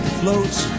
floats